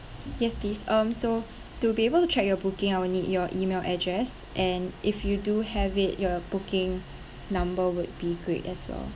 yes these um so to be able to check your booking I'll need your email address and if you do have it your booking number would be great as well